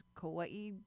Kauai